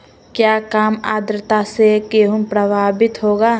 क्या काम आद्रता से गेहु प्रभाभीत होगा?